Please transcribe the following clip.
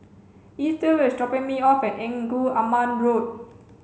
Ethyl is dropping me off at Engku Aman Road